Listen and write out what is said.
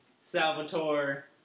Salvatore